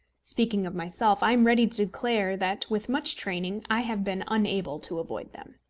speaking of myself, i am ready to declare that, with much training, i have been unable to avoid them.